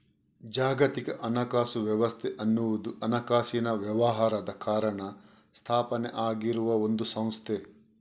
ಜಾಗತಿಕ ಹಣಕಾಸು ವ್ಯವಸ್ಥೆ ಅನ್ನುವುದು ಹಣಕಾಸಿನ ವ್ಯವಹಾರದ ಕಾರಣ ಸ್ಥಾಪನೆ ಆಗಿರುವ ಒಂದು ಸಂಸ್ಥೆ